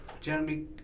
Jeremy